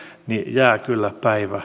jää kyllä päiväuneksi